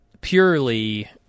purely